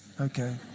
Okay